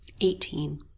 eighteen